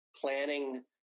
planning